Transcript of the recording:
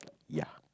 ya